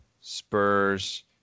spurs